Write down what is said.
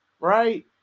right